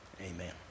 Amen